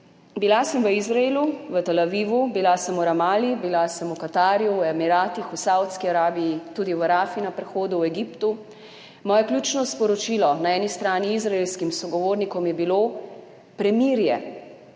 Bila sem v Izraelu, v Tel Avivu, bila sem v Ramali, bila sem v Katarju, v Emiratih, v Savdski Arabiji, tudi v Rafi na prehodu v Egiptu. Moje ključno sporočilo na eni strani izraelskim sogovornikom je bilo premirje,